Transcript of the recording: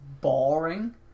boring